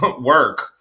work